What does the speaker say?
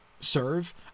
serve